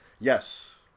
Yes